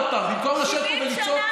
עוד פעם: במקום לשבת פה ולצעוק,